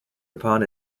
upon